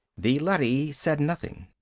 the leady said nothing.